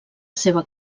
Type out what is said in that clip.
seva